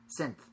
Synth